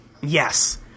Yes